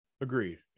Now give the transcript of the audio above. Agreed